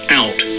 out